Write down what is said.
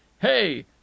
hey